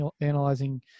analyzing